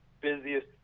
busiest